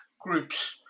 groups